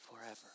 forever